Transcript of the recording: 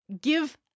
give